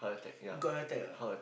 he got attack lah